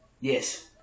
Yes